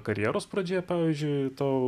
karjeros pradžioje pavyzdžiui tau